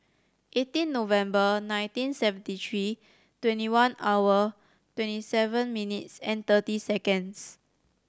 eighteen November nineteen seventy three twenty one hour twenty seven minutes and thirty seconds